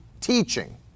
teaching